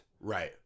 Right